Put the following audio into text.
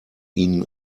ihnen